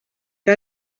que